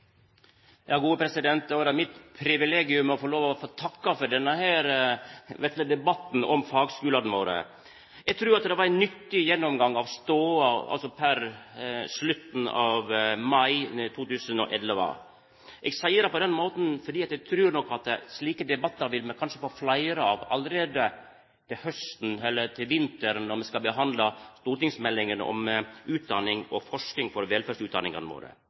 det mitt privilegium å få lov å takka for denne vesle debatten om fagskulane våre. Eg trur det var ein nyttig gjennomgang av stoda per slutten av mai 2011. Eg seier det på den måten fordi eg trur at me nok vil få fleire slike debattar allereie til hausten eller til vinteren, når me skal behandla stortingsmeldinga om utdanning og forsking knytt til velferdsutdanningane våre.